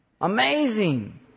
Amazing